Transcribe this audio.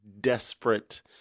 desperate